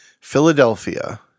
Philadelphia